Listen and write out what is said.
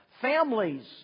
Families